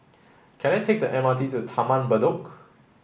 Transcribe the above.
can I take the M R T to Taman Bedok